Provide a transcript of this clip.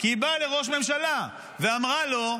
כי היא באה לראש הממשלה, ואמרה לו: